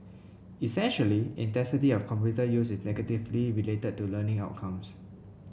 essentially intensity of computer use is negatively related to learning outcomes